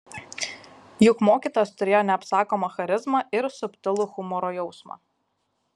juk mokytojas turėjo neapsakomą charizmą ir subtilų humoro jausmą